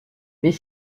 mais